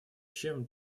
чем